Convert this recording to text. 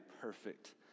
perfect